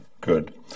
good